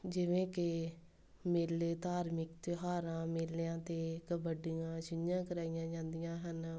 ਜਿਵੇਂ ਕਿ ਮੇਲੇ ਧਾਰਮਿਕ ਤਿਉਹਾਰਾਂ ਮੇਲਿਆਂ 'ਤੇ ਕਬੱਡੀਆਂ ਛਿੰਝਾਂ ਕਰਵਾਈਆਂ ਜਾਂਦੀਆਂ ਹਨ